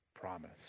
promise